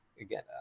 again